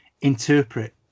interpret